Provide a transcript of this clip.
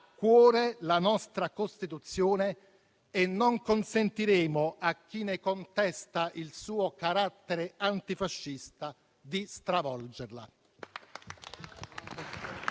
cuore la nostra Costituzione e non consentiremo a chi ne contesta il suo carattere antifascista di stravolgerla.